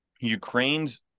Ukraine's